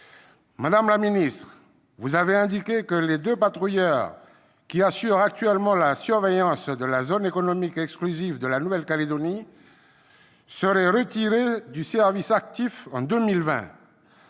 Madame la ministre, vous avez indiqué que les deux patrouilleurs assurant actuellement la surveillance de la zone économique exclusive de la Nouvelle-Calédonie seraient retirés du service actif en 2020.